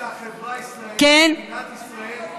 אני חושב שהחברה הישראלית ומדינת ישראל הם